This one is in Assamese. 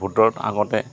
ভোটত আগতে